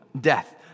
death